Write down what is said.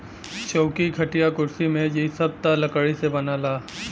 चौकी, खटिया, कुर्सी मेज इ सब त लकड़ी से बनला